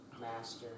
master